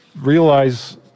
realize